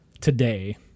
today